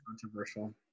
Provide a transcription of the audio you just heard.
controversial